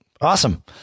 Awesome